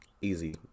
Easy